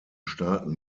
staaten